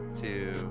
two